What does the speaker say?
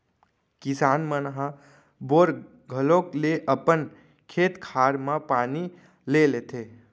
किसान मन ह बोर घलौक ले अपन खेत खार म पानी ले लेथें